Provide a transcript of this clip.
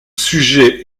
sujet